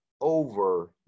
over